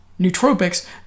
nootropics